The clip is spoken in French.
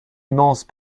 immense